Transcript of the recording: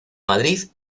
madrid